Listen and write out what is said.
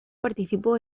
participó